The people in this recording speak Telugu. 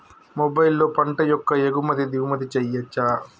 మొబైల్లో పంట యొక్క ఎగుమతి దిగుమతి చెయ్యచ్చా?